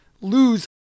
lose